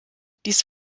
dies